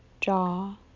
jaw